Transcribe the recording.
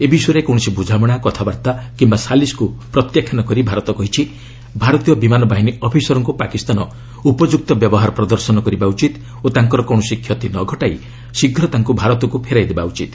ଏ ବିଷୟରେ କୌଣସି ବୁଝାମଣା କଥାବାର୍ତ୍ତା କିମ୍ବା ସାଲିସ୍କୁ ପ୍ରତ୍ୟାଖ୍ୟାନ କରି ଭାରତ କହିଛି ଭାରତୀୟ ବିମାନ ବାହିନୀ ଅଫିସରଙ୍କୁ ପାକିସ୍ତାନ ଉପଯୁକ୍ତ ବ୍ୟବହାର ପ୍ରଦର୍ଶନ କରିବା ଉଚିତ ଓ ତାଙ୍କର କୌଣସି କ୍ଷତି ନ ଘଟାଇ ଶୀଘ୍ର ତାଙ୍କୁ ଭାରତକୁ ଫେରାଇ ଦେବା ଉଚିତ